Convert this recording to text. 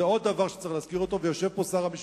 זה עוד דבר שצריך להזכיר, ויושב פה שר המשפטים.